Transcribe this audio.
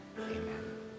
amen